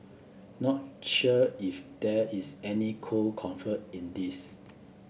not sure if there is any cold comfort in this